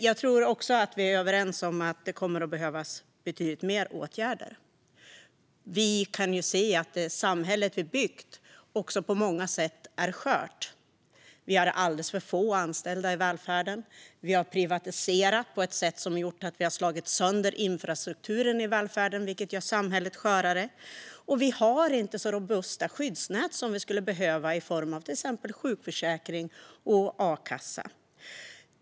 Jag tror också att vi är överens om att det kommer att behövas betydligt fler åtgärder. Vi kan se att det samhälle vi har byggt på många sätt är skört. Vi har alldeles för få anställda i välfärden. Vi har privatiserat på ett sätt som har gjort att vi har slagit sönder infrastrukturen i välfärden, vilket gör samhället skörare. Vi har inte så robusta skyddsnät som vi skulle behöva i form av till exempel sjukförsäkring och a-kassa.